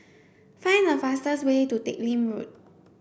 find the fastest way to Teck Lim Road